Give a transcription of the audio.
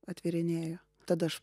atvėrinėjo tada aš